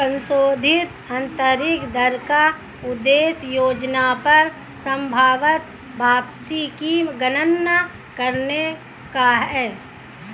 संशोधित आंतरिक दर का उद्देश्य योजना पर संभवत वापसी की गणना करने का है